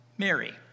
Mary